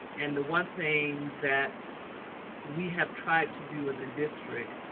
and the one thing that we have tried to do in the district,